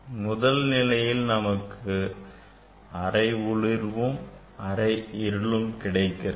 முதல் நிலையில் நமக்கு அரை ஒளிர்வும் அரை இருளும் கிடைக்கிறது